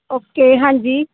okay ਹਾਂਜੀ